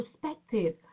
perspective